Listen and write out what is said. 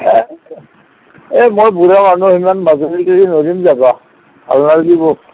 এ এ মই বুঢ়া মানুহ ইমান মাজুলীলৈকে নোৱাৰিম যাবা ভাল নালাগিব